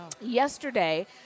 Yesterday